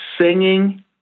singing